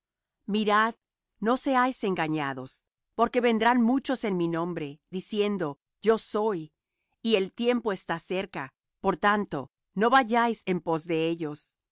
mirad no seáis engañados porque vendrán muchos en mi nombre diciendo yo soy y el tiempo está cerca por tanto no vayáis en pos de ellos